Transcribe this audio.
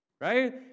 right